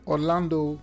Orlando